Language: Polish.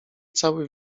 cały